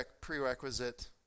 prerequisite